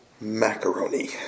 macaroni